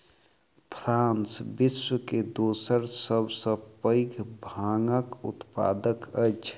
France विश्व के दोसर सभ सॅ पैघ भांगक उत्पादक अछि